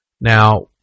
Now